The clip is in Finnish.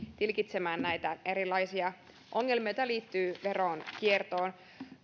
tilkitsemään näitä erilaisia ongelmia joita liittyy veronkiertoon